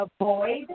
avoid